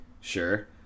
Sure